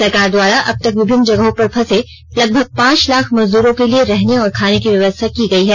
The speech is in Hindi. सरकार द्वारा अब तक विभिन्न जगहों पर फंसे लगभग पांच लाख मजदूरों के लिए रहने और खाने की व्यवस्था की गई है